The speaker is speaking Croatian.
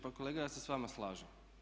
Pa kolega ja se s vama slažem.